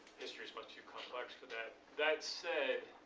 history is much too complex for that. that said,